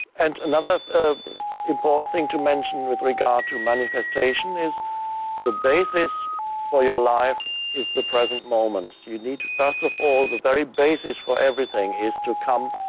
and another important thing to mention with regard to manifestation is the basis for your life is the present moment. you need to, first of all, the very basis for everything is to come